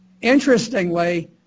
interestingly